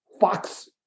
Fox